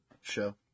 show